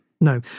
No